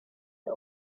the